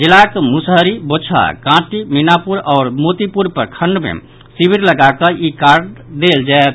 जिलाक मुसहरी बोचहां कांटी मीनापुर आओर मोतीपुर प्रखंड मे शिविर लगाकऽ ई कार्ड देल जायत